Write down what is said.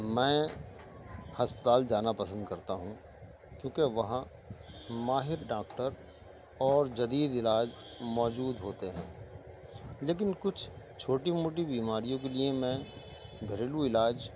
میں ہسپتال جانا پسند کرتا ہوں کیوں کہ وہاں ماہر ڈاکٹر اور جدید علاج موجود ہوتے ہیں لیکن کچھ چھوٹی موٹی بیماریوں کے لیے میں گھریلو علاج